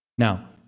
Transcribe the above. Now